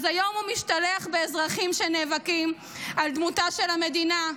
אז היום הוא משתלח באזרחים שנאבקים על דמותה של המדינה,